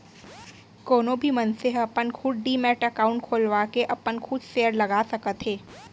कोनो भी मनसे ह अपन खुद डीमैट अकाउंड खोलवाके अपन खुद सेयर लगा सकत हे